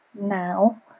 now